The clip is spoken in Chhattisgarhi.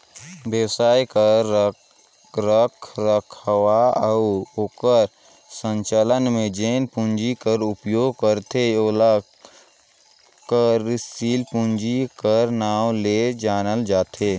बेवसाय कर रखरखाव अउ ओकर संचालन में जेन पूंजी कर उपयोग करथे ओला कारसील पूंजी कर नांव ले जानल जाथे